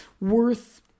worth